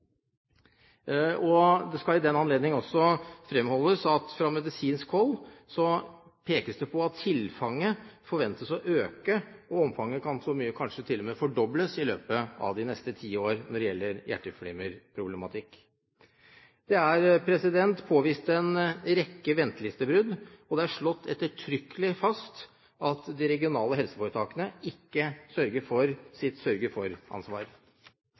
helsevesenet. Det skal i den anledning fremholdes at fra medisinsk hold pekes det på at tilfanget forventes å øke; omfanget kan kanskje til og med fordobles i løpet av de neste ti år når det gjelder hjerteflimmerproblematikk. Det er påvist en rekke ventelistebrudd, og det er slått ettertrykkelig fast at de regionale helseforetakene ikke oppfyller sitt